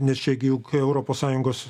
nes čia gi juk europos sąjungos